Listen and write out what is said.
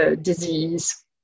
disease